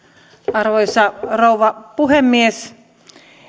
arvoisa rouva puhemies